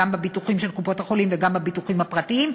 גם בביטוחים של קופות-החולים וגם בפרטיים,